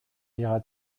iras